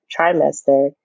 trimester